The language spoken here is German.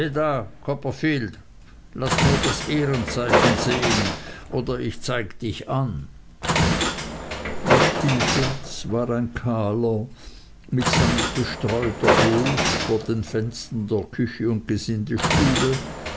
copperfield laß nur das ehrenzeichen sehen oder ich zeig dich an der spielplatz war ein kahler mit sand bestreuter hof vor den fenstern der küche und